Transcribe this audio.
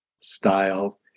style